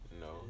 No